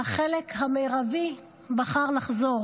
והחלק המרבי בחר לחזור.